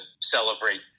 celebrate